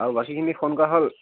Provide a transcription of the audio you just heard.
আৰু বাকীখিনিক ফোন কৰা হ'ল